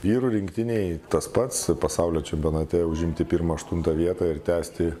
vyrų rinktinei tas pats pasaulio čempionate užimti pirmą aštuntą vietą ir tęsti